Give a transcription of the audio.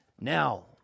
Now